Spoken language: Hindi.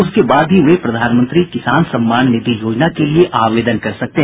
उसके बाद ही वे प्रधानमंत्री किसान सम्मान निधि योजना के लिए आवेदन कर सकते हैं